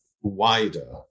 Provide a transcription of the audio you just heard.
wider